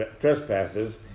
trespasses